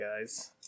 guys